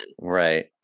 Right